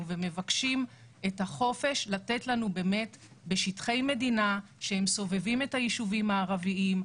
ומבקשים את החופש לתת לנו בשטחי מדינה שסובבים את היישובים הערביים,